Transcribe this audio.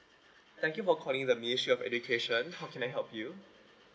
thank you for calling the ministry of education how can I help you